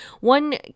one